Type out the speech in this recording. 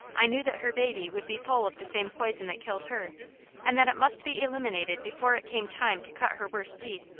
i knew that her baby would be full of the same poison that killed her and that it must be eliminated before it came time to cut her worst teeth,